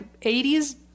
80s